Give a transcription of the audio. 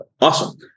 awesome